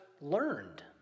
learned